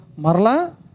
marla